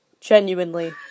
Genuinely